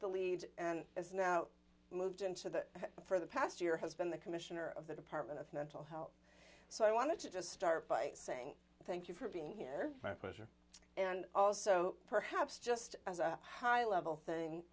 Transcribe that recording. the lead and is now moved into that for the past year has been the commissioner of the department of mental health so i want to just start by saying thank you for being here my pleasure and also perhaps just as a high level thing